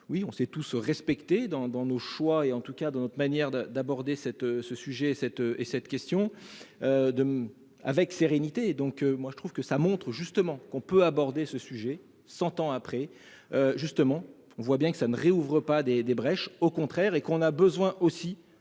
oui, on sait tous ce respecter dans dans nos choix et en tout cas dans notre manière d'aborder cette ce sujet cette et cette question. De avec sérénité et donc moi je trouve que ça montre justement qu'on peut aborder ce sujet. 100 ans après. Justement, on voit bien que ça ne réouvre pas des des brèches au contraire et qu'on a besoin aussi